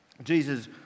Jesus